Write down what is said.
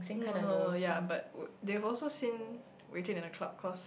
no no no no yea but they'll seen within a club cause